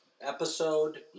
episode